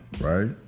right